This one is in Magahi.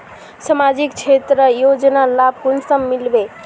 सामाजिक क्षेत्र योजनार लाभ कुंसम मिलबे?